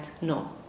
No